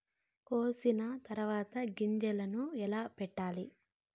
కోసిన తర్వాత గింజలను ఎలా పెట్టాలి